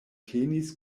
tenis